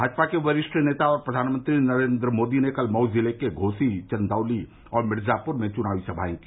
भाजपा के वरिष्ठ नेता और प्रधानमंत्री नरेन्द्र मोदी ने कल मऊ जिले के घोसी चन्दौली और मिर्जाप्र में चुनावी सभाएं की